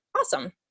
Awesome